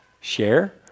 Share